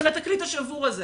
על התקליט השבור הזה?